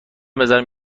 بذارم